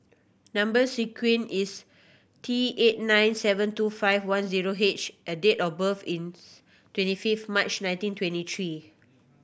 number sequence is T eight nine seven two five one zero H and date of birth is twenty fifth March nineteen twenty three